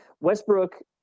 Westbrook